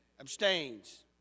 Abstains